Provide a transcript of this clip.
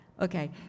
Okay